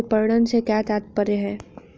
विपणन से क्या तात्पर्य है?